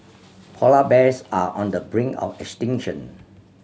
polar bears are on the brink of extinction